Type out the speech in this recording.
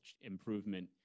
improvement